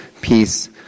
peace